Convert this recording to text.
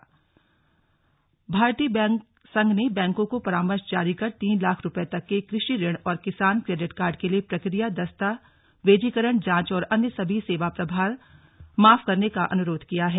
slug किसान credit card भारतीय bank संघ ने बैंकों को परामर्श जारी कर तीन लाख रूपये तक के कृषि ऋण और किसान क्रेडिट कार्ड के लिए प्रक्रिया दस्ता वेजीकरण जांच और अन्य सभी सेवा प्रभार माफ करने का अनुरोध किया है